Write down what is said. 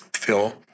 Phil